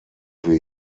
wir